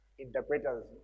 interpreters